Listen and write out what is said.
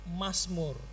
masmur